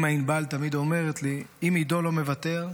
אימא ענבל תמיד אומרת לי: אם עידו לא מוותר,